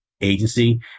agency